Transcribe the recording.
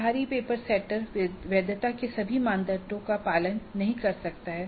बाहरी paper setter वैधता के सभी मानदंडों का पालन नहीं कर सकता है